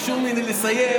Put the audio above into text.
ביקשו ממני לסיים,